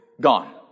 Gone